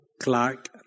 Clark